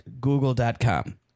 Google.com